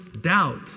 doubt